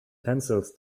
pencils